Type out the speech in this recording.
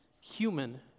human